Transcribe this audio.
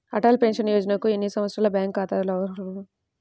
Atal pension యోజనకు ఎన్ని సంవత్సరాల బ్యాంక్ ఖాతాదారులు అర్హులు?